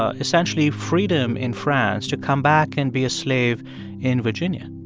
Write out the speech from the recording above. ah essentially, freedom in france to come back and be a slave in virginia?